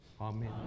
Amen